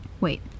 Wait